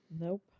Nope